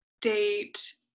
date